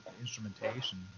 instrumentation